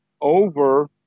over